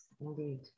indeed